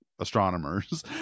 astronomers